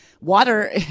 water